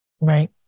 right